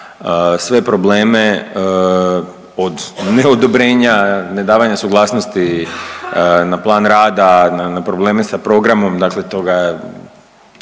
sve probleme od neodobrenja, ne davanja suglasnosti na plan rada, na, na probleme sa programom, dakle toga,